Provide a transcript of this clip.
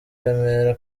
remera